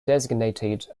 designated